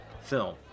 film